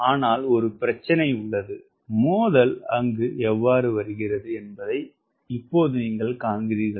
ஆனால் ஒரு பிரச்சினை உள்ளது மோதல் எவ்வாறு வருகிறது என்பதை இப்போது நீங்கள் காண்கிறீர்கள்